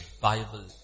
Bible